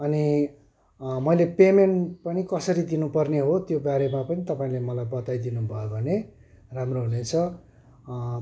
अनि मैले पेमेन्ट पनि कसरी पनि दिनुपर्ने हो त्योबारेमा पनि तपाईँले मलाई बताइदिनुभयो भने राम्रो हुनेछ